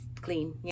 clean